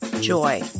joy